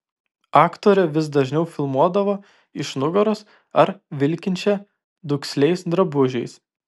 aktorę vis dažniau filmuodavo iš nugaros ar vilkinčią duksliais drabužiais